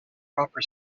proper